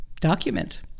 document